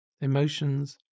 Emotions